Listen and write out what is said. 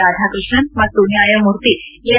ರಾಧಾಕೃಷ್ಣನ್ ಮತ್ತು ನ್ಯಾಯಮೂರ್ತಿ ಎಸ್